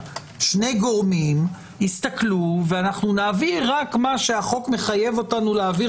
- שני גורמים יסתכלו ונעביר רק מה שהחוק מחייב אותנו להעביר